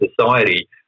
society